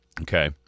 Okay